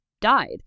died